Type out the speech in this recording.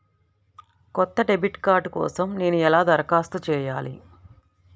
కొత్త debit card కోసం నేను ఎలా దరఖాస్తు చేయాలి?